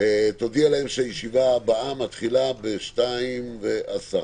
(הישיבה נפסקה בשעה 13:56